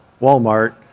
Walmart